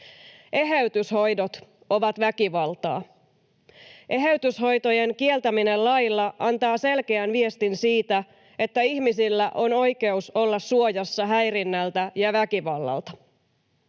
Eheytyshoidot ovat väkivaltaa. Eheytyshoitojen kieltäminen lailla antaa selkeän viestin siitä, että ihmisillä on oikeus olla suojassa häirinnältä ja väkivallalta.